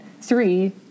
three